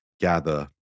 gather